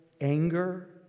anger